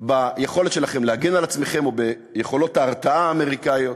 ביכולת שלכם להגן על עצמכם או ביכולות ההרתעה האמריקניות.